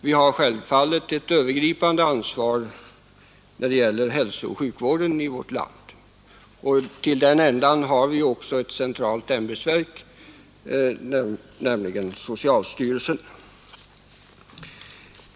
Vi har självfallet ett övergripande ansvar för hälsooch sjukvården i vårt land, och till den ändan har vi ju också ett centralt ämbetsverk, nämligen socialstyrelsen.